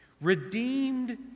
redeemed